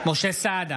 משה סעדה,